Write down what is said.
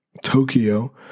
Tokyo